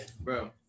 Bro